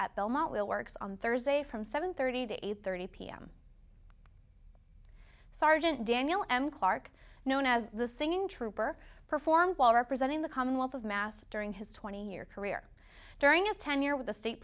at belmont will works on thursday from seven thirty to eight thirty pm sergeant daniel m clarke known as the singing trooper performed while representing the commonwealth of mass during his twenty year career during his tenure with the state